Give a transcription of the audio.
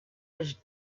was